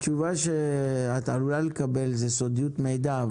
התשובה שאת עלולה לקבל זה סודיות מידע.